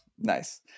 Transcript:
nice